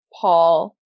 Paul